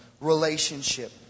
relationship